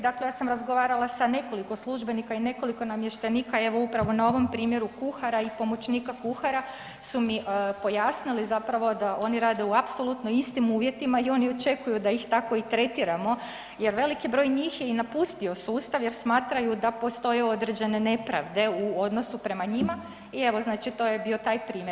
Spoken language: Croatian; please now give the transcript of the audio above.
Dakle, ja sam razgovarala sa nekoliko službenika i nekoliko namještenika, evo upravo na ovom primjeru kuhara i pomoćnika kuhara su mi pojasnili zapravo da oni rade u apsolutno istim uvjetima i oni očekuju da ih tako i tretiramo jer veliki broj njih je i napustio sustav jer smatraju da postoje određene nepravde u odnosu prema njima i evo znači to je bio taj primjer.